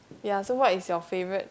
ya so what is your favourite